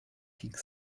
thick